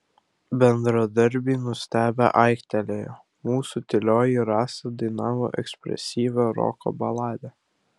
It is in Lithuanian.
bendradarbiai nustebę aiktelėjo mūsų tylioji rasa dainavo ekspresyvią roko baladę